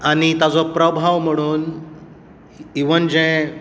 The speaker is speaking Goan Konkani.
आनी ताजो प्रभाव म्हणून इवन जे